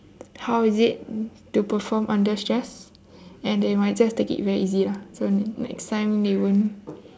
how is it to perform under stress and they might just take it very easy lah so next time they won't